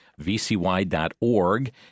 vcy.org